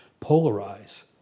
polarize